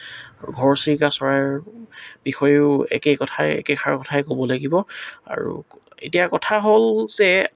ঘৰচিৰিকা চৰাইৰ বিষয়েও একে কথাই একেষাৰ কথাই ক'ব লাগিব আৰু এতিয়া কথা হ'ল যে